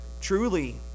truly